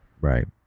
right